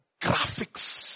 graphics